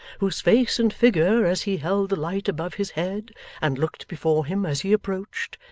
whose face and figure as he held the light above his head and looked before him as he approached,